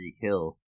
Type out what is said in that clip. Hill